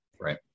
right